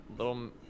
Little